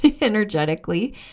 energetically